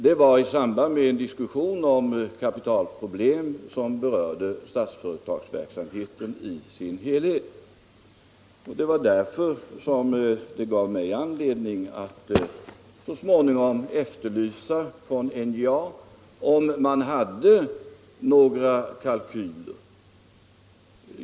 Det var i samband med en diskussion om kapitalproblem som berörde Statsföretags verksamhet i dess helhet. Det gav mig anledning att efterlysa kalkyler från NJA för att få ett faktaunderlag.